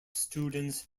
students